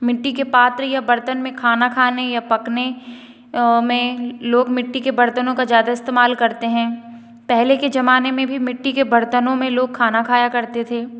मिट्टी के पात्र या बर्तन में खाना खाने या पकने में लोग मिट्टी के बर्तनों का ज़्यादा इस्तेमाल करते हैं पहले के जमाने में भी मिट्टी के बर्तनों में लोग खाना खाया करते थे